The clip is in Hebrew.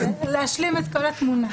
להשלים את כל התמונה.